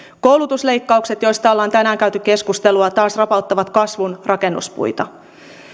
koulutusleikkaukset joista ollaan tänään käyty keskustelua taas rapauttavat kasvun rakennuspuita